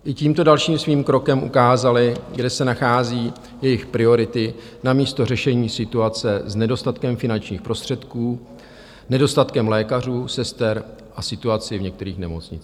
I tímto dalším svým krokem ukázali, kde se nachází jejich priority namísto řešení situace s nedostatkem finančních prostředků, nedostatkem lékařů, sester a situaci v některých nemocnicích.